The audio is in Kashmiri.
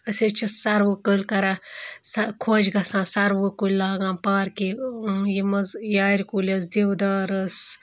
أسۍ حظ چھِ سَروٕ کُلۍ کَران سَ خۄش گژھان سَروٕ کُلۍ لاگان پارکہِ یِم حظ یارِ کُلۍ حظ دِودار حظ